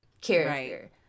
character